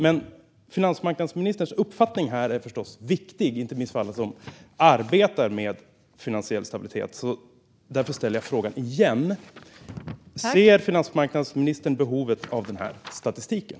Men finansmarknadsministerns uppfattning här är förstås viktig, inte minst för alla som arbetar med finansiell stabilitet. Därför ställer jag frågan igen: Ser finansmarknadsministern behovet av den här statistiken?